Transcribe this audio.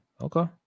okay